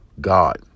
God